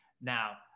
Now